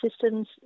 systems